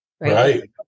right